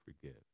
forgive